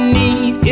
need